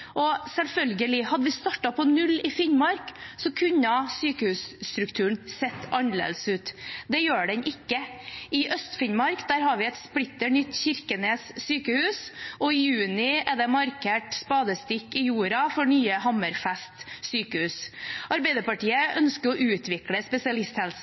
Selvfølgelig – hadde vi startet på null i Finnmark, kunne sykehusstrukturen sett annerledes ut. Det gjør den ikke. I Øst-Finnmark har vi et splitter nytt Kirkenes sykehus, og i juni er det markert spadestikk i jorda for nye Hammerfest sykehus.